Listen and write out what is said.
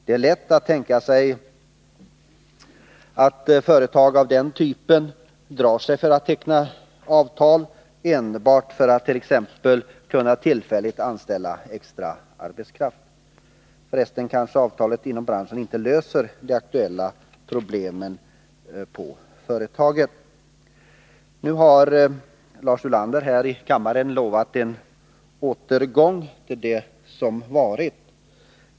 Det är lätt att tänka sig att företag av den typen drar sig för att teckna avtal enbart för att t.ex. kunna tillfälligt anställa extra arbetskraft. För resten kanske avtalet inom branschen inte löser de aktuella problemen på företaget. Nu har Lars Ulander här i kammaren lovat en återgång till det som varit.